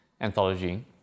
anthology